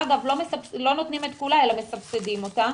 אגב, לא נותנים את כולה אלא מסבסדים אותה.